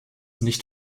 nicht